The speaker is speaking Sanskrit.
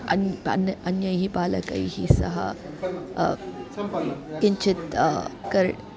अन् अन् अन्यैः बालकैः सह किञ्चित् कर्